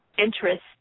interest